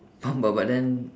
but but but then